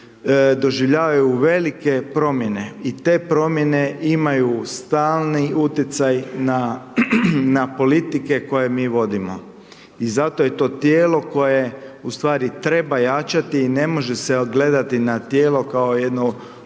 doživljavaju velike promjene. I te promjene imaju stalni utjecaj na politike koje mi vodimo i zato je to tijelo koje, u stvari treba jačati i ne može se gledati na tijelo kao jednu